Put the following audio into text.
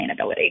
sustainability